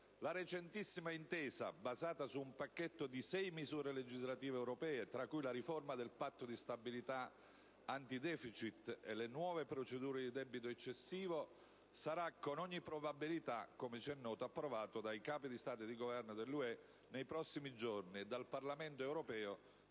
La recentissima intesa, basata su un pacchetto di sei misure legislative europee, tra cui la riforma del Patto di stabilità anti-*deficit* e le nuove procedure di debito eccessivo, sarà con ogni probabilità - come ci è noto - approvata dai Capi di Stato e di Governo dell'UE nei prossimi giorni e dal Parlamento europeo